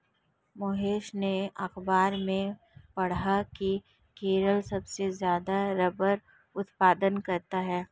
महेश ने अखबार में पढ़ा की केरल सबसे ज्यादा रबड़ उत्पादन करता है